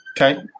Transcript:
Okay